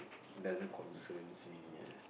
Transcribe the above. doesn't concerns me